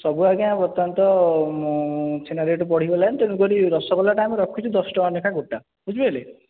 ସବୁ ଆଜ୍ଞା ବର୍ତ୍ତମାନ ତ ଛେନା ରେଟ୍ ବଢ଼ିଗଲାଣି ତେଣୁ କରି ରସଗୋଲାଟା ଆମେ ରଖିଛୁ ଦଶଟଙ୍କା ଲେଖାଁ ଗୋଟା ବୁଝିପାରିଲେ